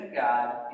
God